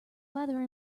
weather